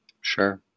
Sure